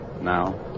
Now